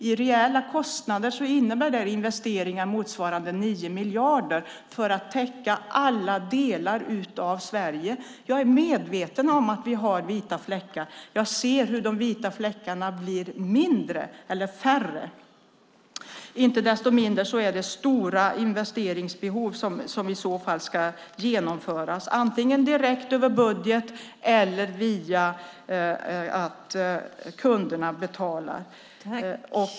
I reella kostnader innebär det investeringar motsvarande 9 miljarder för att täcka alla delar av Sverige. Jag är medveten om att vi har vita fläckar på kartan, och jag ser hur de vita fläckarna blir färre. Inte desto mindre är det stora investeringar som i så fall ska genomföras antingen direkt över budget eller via att kunderna betalar.